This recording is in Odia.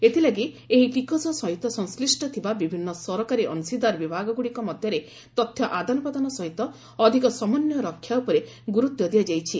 ଏଥିଲାଗି ଏହି ଟିକସ ସହିତ ସଂଶ୍ଳିଷ୍ଟ ଥିବା ବିଭିନ୍ନ ସରକାରୀ ଅଂଶୀଦାର ବିଭାଗଗୁଡ଼ିକ ମଧ୍ୟରେ ତଥ୍ୟ ଆଦାନ ପ୍ରଦାନ ସହିତ ଅଧିକ ସମନ୍ୱୟ ରକ୍ଷା ଉପରେ ଗୁରୁତ୍ୱ ଦିଆଯାଇଛି